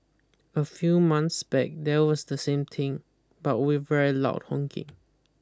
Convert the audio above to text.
a few months back there was the same thing but with very loud honking